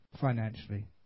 financially